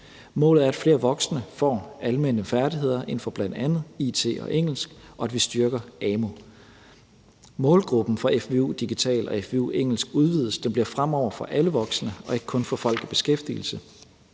Målet er, at flere voksne får almene færdigheder inden for bl.a. it og engelsk, og at vi styrker amu. Målgruppen for fvu-digital og fvu-engelsk udvides, så det fremover bliver for alle voksne og ikke kun for folk i beskæftigelse.